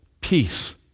peace